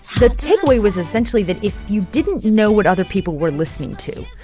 the takeaway was essentially that if you didn't know what other people were listening to,